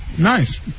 Nice